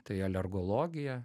tai alergologija